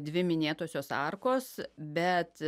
dvi minėtosios arkos bet